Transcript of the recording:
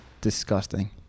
disgusting